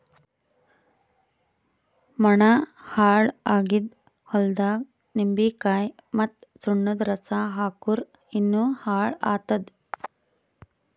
ಮಣ್ಣ ಹಾಳ್ ಆಗಿದ್ ಹೊಲ್ದಾಗ್ ನಿಂಬಿಕಾಯಿ ಮತ್ತ್ ಸುಣ್ಣದ್ ರಸಾ ಹಾಕ್ಕುರ್ ಇನ್ನಾ ಹಾಳ್ ಆತ್ತದ್